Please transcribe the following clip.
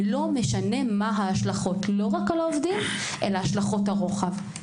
ולא משנה מה ההשלכות לא רק על העובדים אלא השלכות הרוחב.